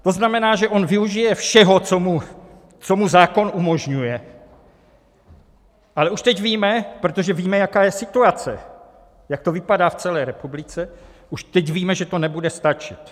To znamená, že on využije všeho, co mu zákon umožňuje, ale už teď víme protože víme, jaká je situace, jak to vypadá v celé republice že to nebude stačit.